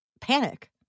panic